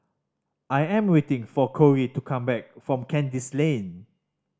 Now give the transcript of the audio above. I am waiting for Korey to come back from Kandis Lane